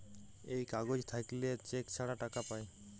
এই কাগজ থাকল্যে চেক ছাড়া টাকা পায়